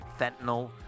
fentanyl